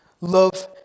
Love